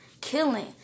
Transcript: Killing